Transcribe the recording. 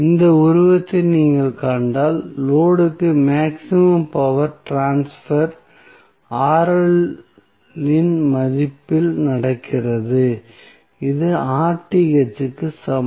இந்த உருவத்தை நீங்கள் கண்டால் லோடு க்கு மேக்ஸிமம் பவர் ட்ரான்ஸ்பர் இன் மதிப்பில் நடக்கிறது இது க்கு சமம்